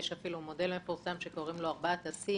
יש אפילו מודל מפורסם שקוראים לו ארבעת ה-c.